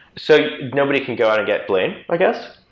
so nobody can go out and get blamed, i guess.